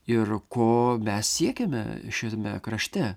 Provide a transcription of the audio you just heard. ir ko mes siekiame šiame krašte